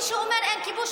מי שאומר: אין כיבוש,